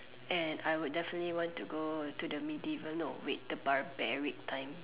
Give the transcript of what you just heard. and I would definitely want to go to the medieval no wait the barbaric time